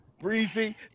Breezy